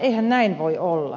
eihän näin voi olla